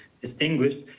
distinguished